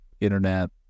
internet